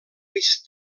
vist